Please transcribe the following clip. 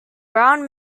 brown